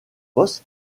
poste